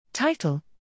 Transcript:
Title